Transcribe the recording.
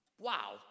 Wow